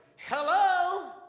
hello